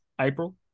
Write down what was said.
April